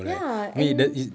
ya and